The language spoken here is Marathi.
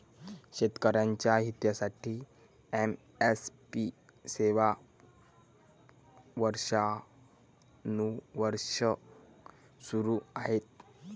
शेतकऱ्यांच्या हितासाठी एम.एस.पी सेवा वर्षानुवर्षे सुरू आहे